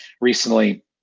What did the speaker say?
recently